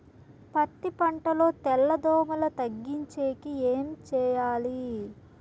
పత్తి పంటలో తెల్ల దోమల తగ్గించేకి ఏమి చేయాలి?